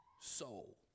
soul